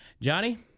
johnny